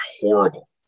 horrible